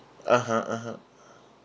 (uh huh) (uh huh)